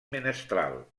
menestral